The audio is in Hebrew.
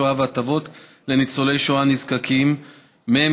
השואה והטבות לניצולי שואה נזקקים (תיקוני חקיקה,